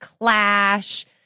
Clash